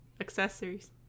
accessories